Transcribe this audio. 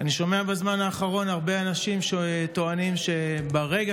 אני שומע בזמן האחרון הרבה אנשים שטוענים שברגע